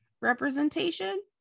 representation